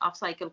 upcycle